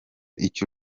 icyo